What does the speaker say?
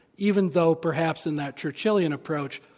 even though perhaps in that churchillian approach,